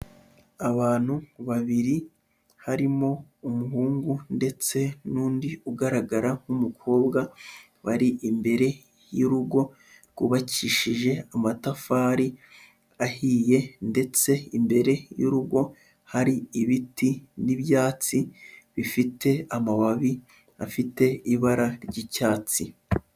Abantu babiri harimo umuhungu ndetse n'undi ugaragara nk'umukobwa, bari imbere y'urugo rwubakishije amatafari ahiye ndetse imbere y'urugo hari ibiti n'ibyatsi bifite amababi afite ibara ry'icyatsi.